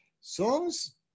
songs